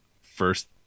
first